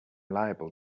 liable